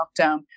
lockdown